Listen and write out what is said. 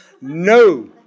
No